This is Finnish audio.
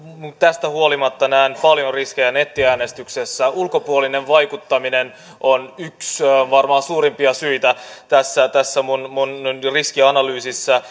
tästä huolimatta näen paljon riskejä nettiäänestyksessä ulkopuolinen vaikuttaminen on varmaan yksi suurimpia syitä tässä tässä minun riskianalyysissäni